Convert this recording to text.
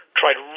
tried